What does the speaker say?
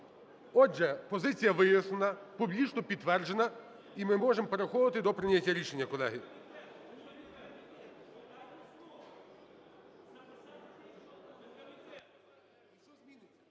Отже, позиція вияснена, публічно підтверджена. І ми можемо переходити до прийняття рішення, колеги.